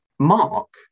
Mark